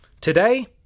Today